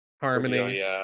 harmony